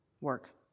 work